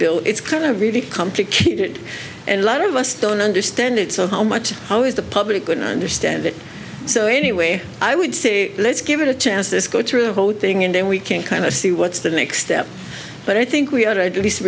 bill it's kind of really complicated and lot of us don't understand it so how much how is the public good i understand it so anyway i would say let's give it a chance this go through the whole thing and then we can kind of see what's the next step but i think we